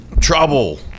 Trouble